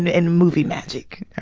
and and movie magic.